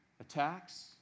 Attacks